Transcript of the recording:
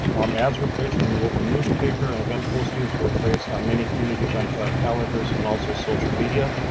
um ads replaced in local newspaper and event postings were placed on many community event calendars and also social media,